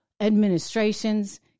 administrations